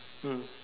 mm